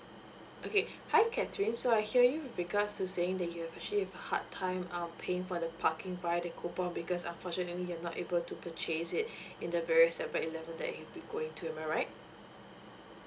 okay hi catherine so I hear you with regard you saying that you've actually have a hard time um paying for the parking by the coupon because unfortunately you're not able to purchase it in the various seven eleven that you've be going to am I right